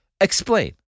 Explain